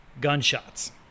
gunshots